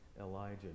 Elijah